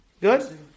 Good